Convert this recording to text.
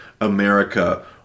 America